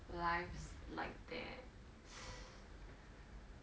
life's like that